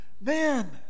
man